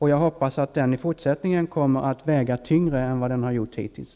Jag hoppas att den i fortsättningen kommer att väga tyngre än hittills.